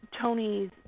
Tony's